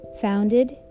founded